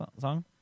song